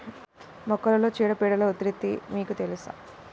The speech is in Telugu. మొక్కలలో చీడపీడల ఉధృతి మీకు తెలుసా?